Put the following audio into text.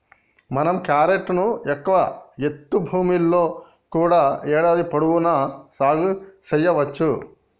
మనం క్యారెట్ ను ఎక్కువ ఎత్తు భూముల్లో కూడా ఏడాది పొడవునా సాగు సెయ్యవచ్చు